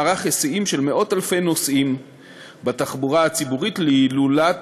יש גם לא מעט כתבי אישום על שנים קודמות נגד בתי-הזיקוק ותעשייה נלווית.